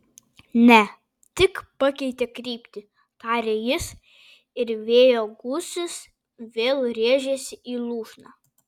ne tik pakeitė kryptį tarė jis ir vėjo gūsis vėl rėžėsi į lūšną